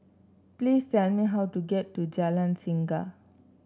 please tell me how to get to Jalan Singa